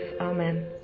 Amen